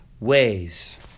ways